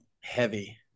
Heavy